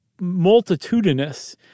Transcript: multitudinous